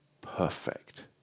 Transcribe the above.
perfect